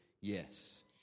yes